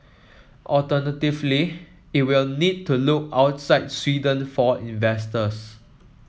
alternatively it will need to look outside Sweden for investors